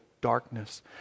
darkness